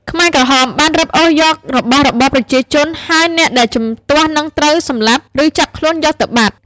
ខ្មែរក្រហមបានរឹបអូសយករបស់របរប្រជាជន ហើយអ្នកដែលជំទាស់នឹងត្រូវសម្លាប់ ឬចាប់ខ្លួនយកទៅបាត់។